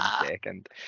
second